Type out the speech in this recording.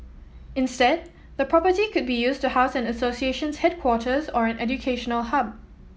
instead the property could be used to house an association's headquarters or an educational hub